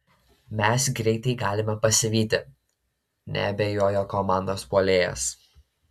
mes greitai galime pasivyti neabejojo komandos puolėjas